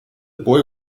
boy